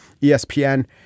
ESPN